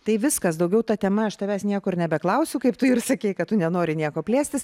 tai viskas daugiau ta tema aš tavęs nieko nebeklausiu kaip tu ir sakei kad tu nenori nieko plėstis